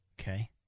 Okay